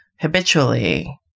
habitually